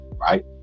right